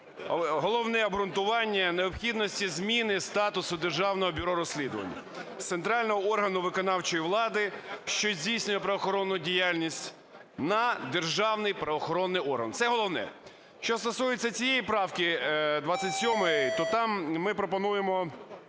головне обґрунтування необхідності зміни статусу Державного бюро розслідувань з центрального органу виконавчої влади, що здійснює правоохоронну діяльність, на державний правоохоронний орган. Це головне. Що стосується цієї правки 27, то там ми пропонуємо,